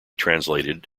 translated